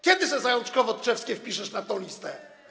Kiedy sobie Zajączkowo Tczewskie wpiszesz na tę listę?